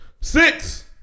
Six